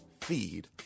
feed